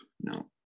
No